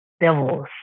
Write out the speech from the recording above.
devils